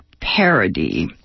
parody